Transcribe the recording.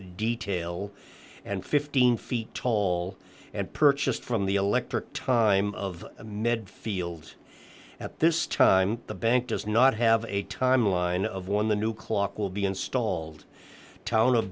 detail and fifteen feet tall and purchased from the electric time of medfield at this time the bank does not have a timeline of when the new clock will be installed town